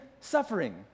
suffering